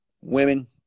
women